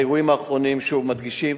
האירועים האחרונים, שוב, מדגישים